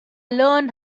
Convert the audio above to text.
learned